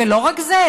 ולא רק זה,